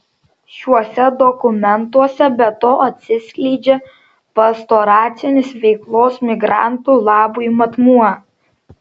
šiuose dokumentuose be to atsiskleidžia pastoracinis veiklos migrantų labui matmuo